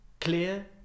Clear